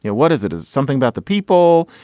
yeah what is it is something about the people.